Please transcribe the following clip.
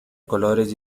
colores